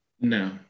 no